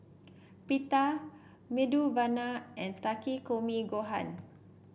Pita Medu Vada and Takikomi Gohan